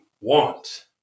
want